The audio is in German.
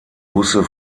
busse